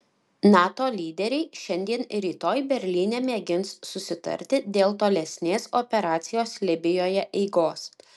nato lyderiai šiandien ir rytoj berlyne mėgins susitarti dėl tolesnės operacijos libijoje eigos